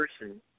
person